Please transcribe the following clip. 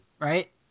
right